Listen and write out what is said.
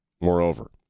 moreover